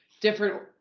different